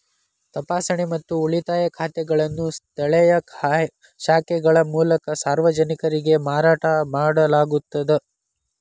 ತಪಾಸಣೆ ಮತ್ತು ಉಳಿತಾಯ ಖಾತೆಗಳನ್ನು ಸ್ಥಳೇಯ ಶಾಖೆಗಳ ಮೂಲಕ ಸಾರ್ವಜನಿಕರಿಗೆ ಮಾರಾಟ ಮಾಡಲಾಗುತ್ತದ